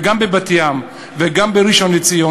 בבת-ים וגם בראשון-לציון,